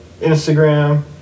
Instagram